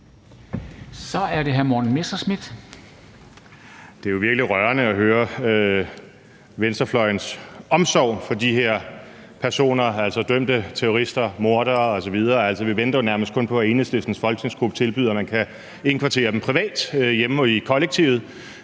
Kl. 14:02 Morten Messerschmidt (DF): Det er jo virkelig rørende at høre venstrefløjens omsorg for de her personer, altså dømte terrorister, mordere osv. Vi venter jo nærmest kun på, at Enhedslistens folketingsgruppe tilbyder, at man kan indkvartere dem privat hjemme i kollektivet.